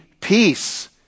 Peace